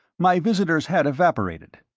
my visitors had evaporated.